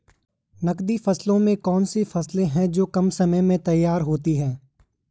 नकदी फसलों में कौन सी फसलें है जो कम समय में तैयार होती हैं?